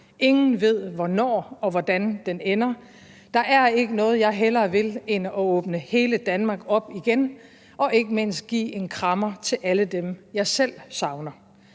Ingen ved, hvornår og hvordan den ender. Der er ikke noget, jeg hellere vil end at åbne hele Danmark op igen og ikke mindst give en krammer til alle dem, jeg selv savner.